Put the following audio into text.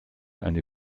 eine